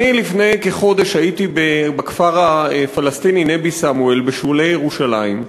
לפני כחודש הייתי בכפר הפלסטיני נבי-סמואל בשולי ירושלים.